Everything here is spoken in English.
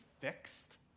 fixed